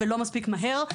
ולא מספיק מהר.